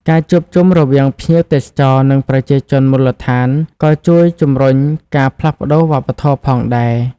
ការជួបជុំរវាងភ្ញៀវទេសចរ និងប្រជាជនមូលដ្ឋានក៏ជួយជំរុញការផ្លាស់ប្តូរវប្បធម៌ផងដែរ។